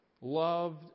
loved